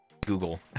google